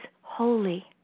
holy